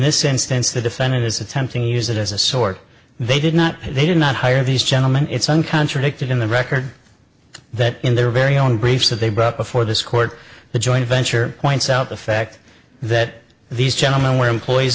this instance the defendant is attempting use it as a sword they did not they did not hire these gentlemen it's one contradicted in the record that in their very own briefs that they brought before this court the joint venture points out the fact that these gentlemen were employees